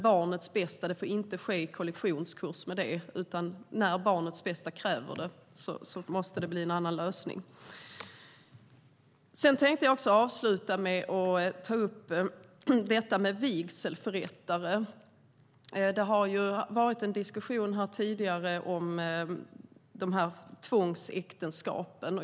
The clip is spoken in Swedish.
Men det får inte ske i kollisionskurs mot barnets bästa. När barnets bästa kräver det måste det bli en annan lösning. Sedan tänkte jag ta upp detta med vigselförrättare. Det har ju förts en diskussion här tidigare om tvångsäktenskapen.